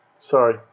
Sorry